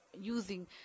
using